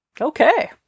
Okay